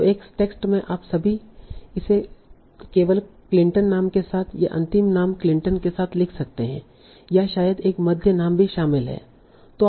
तो एक टेक्स्ट में आप सभी इसे केवल क्लिंटन नाम के साथ या अंतिम नाम क्लिंटन के साथ लिख सकते हैं या शायद एक मध्य नाम भी शामिल है